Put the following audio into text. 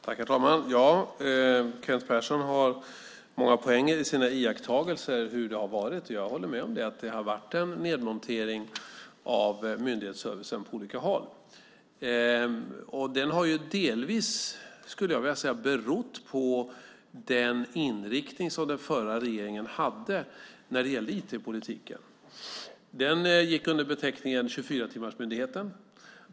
Herr talman! Kent Persson har många poänger i sina iakttagelser av hur det har varit. Jag håller med om att det har varit en nedmontering av myndighetsservicen på olika håll. Detta har delvis, skulle jag vilja säga, berott på den inriktning som den förra regeringen hade när det gällde IT-politiken. Den gick under beteckningen 24-timmarsmyndigheten.